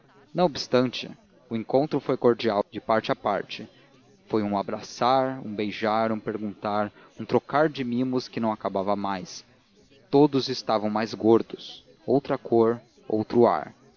não obstante o encontro foi cordial de parte a parte foi um abraçar um beijar um perguntar um trocar de mimos que não acabava mais todos estavam mais gordos outra cor outro ar